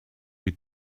read